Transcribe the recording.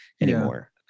anymore